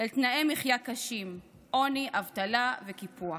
אל תנאי מחיה קשים, עוני, אבטלה וקיפוח.